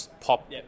pop